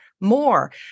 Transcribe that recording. more